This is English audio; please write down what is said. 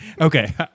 Okay